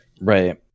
right